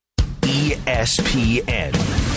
espn